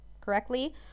correctly